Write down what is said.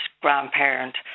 grandparent